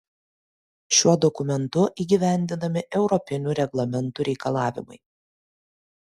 šiuo dokumentu įgyvendinami europinių reglamentų reikalavimai